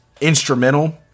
instrumental